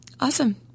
Awesome